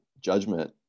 judgment